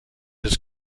his